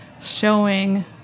showing